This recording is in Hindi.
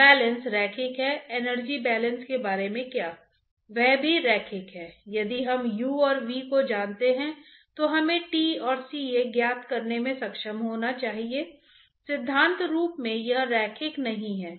तो यह निर्णय लेने में मजबूत प्रभाव पड़ता है यदि कोई मजबूत कोलेस्ट्रॉल जमा होता है तो चिकित्सा रणनीतियों या किस प्रकार का आक्रामक उपचार करना पड़ता है